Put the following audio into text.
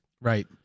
Right